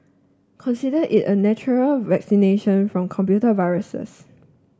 consider it a natural vaccination from computer viruses